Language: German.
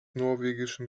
norwegischen